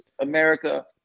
America